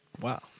Wow